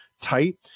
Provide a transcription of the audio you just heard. tight